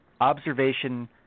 observation